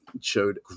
showed